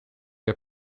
uur